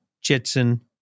Jetson